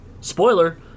spoiler